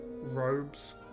robes